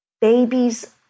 babies